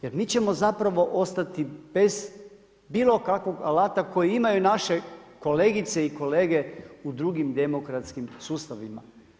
Jer mi ćemo zapravo ostati bez bilo kakvog alata kojeg imaju naše kolegice i kolege u drugim demokratskim sustavima.